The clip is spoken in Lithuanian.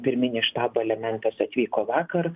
pirminis štabo elementas atvyko vakar